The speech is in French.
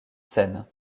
scène